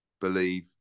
believe